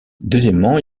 deuxièmement